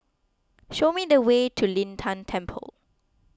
show me the way to Lin Tan Temple